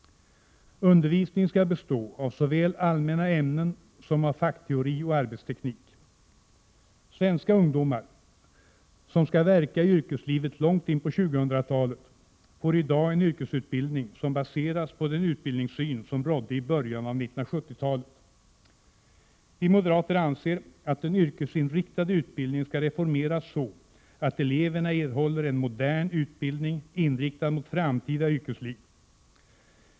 — Undervisningen skall bestå såväl av allmänna ämnen som av fackteori och arbetsteknik. Svenska ungdomar, som skall verka i yrkeslivet långt in på 2000-talet, får i dag en yrkesutbildning som baseras på den utbildningssyn som rådde i början av 1970-talet. Vi moderater anser att den yrkesinriktade utbildningen skall reformeras så att eleverna erhåller en modern utbildning inriktad mot det framtida yrkeslivet.